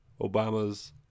Obama's